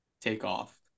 takeoff